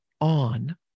on